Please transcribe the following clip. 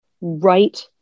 right